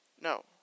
No